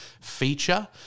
feature